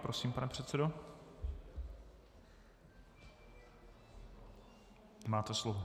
Prosím, pane předsedo, máte slovo.